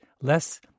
less